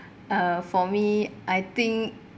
uh for me I think